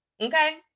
Okay